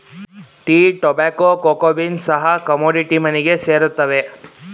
tea, tobacco, cocoa beans ಸಹ commodity ಮನಿಗೆ ಸೇರುತ್ತವೆ